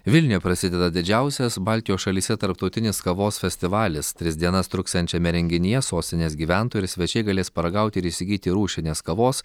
vilniuje prasideda didžiausias baltijos šalyse tarptautinis kavos festivalis tris dienas truksiančiame renginyje sostinės gyventojai ir svečiai galės paragauti ir įsigyti rūšinės kavos